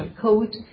code